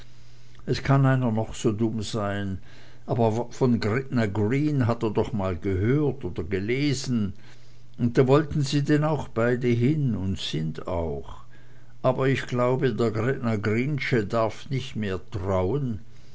es kann einer noch so dumm sein aber von gretna green hat er doch mal gehört oder gelesen und da wollten sie denn auch beide hin und sind auch aber ich glaube der gretna greensche darf nicht mehr trauen